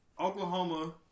Oklahoma